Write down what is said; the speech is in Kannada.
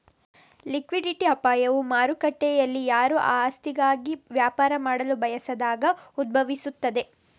ಲಿಕ್ವಿಡಿಟಿ ಅಪಾಯವು ಮಾರುಕಟ್ಟೆಯಲ್ಲಿಯಾರೂ ಆ ಆಸ್ತಿಗಾಗಿ ವ್ಯಾಪಾರ ಮಾಡಲು ಬಯಸದಾಗ ಉದ್ಭವಿಸುತ್ತದೆ